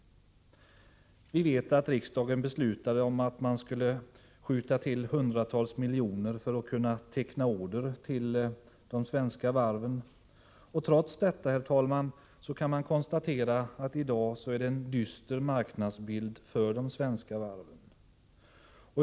Vi vet att riksdagen beslöt att skjuta till hundratals miljoner för att kunna teckna order vid de svenska varven. Trots detta kan man konstatera att marknadsbilden i dag är dyster för de svenska varvsföretagen.